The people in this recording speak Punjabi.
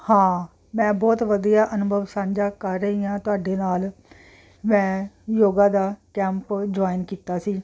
ਹਾਂ ਮੈਂ ਬਹੁਤ ਵਧੀਆ ਅਨੁਭਵ ਸਾਂਝਾ ਕਰ ਰਹੀ ਹਾਂ ਤੁਹਾਡੇ ਨਾਲ ਮੈਂ ਯੋਗਾ ਦਾ ਕੈਂਪ ਜੁਆਇਨ ਕੀਤਾ ਸੀ